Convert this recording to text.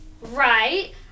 Right